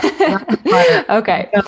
Okay